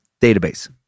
database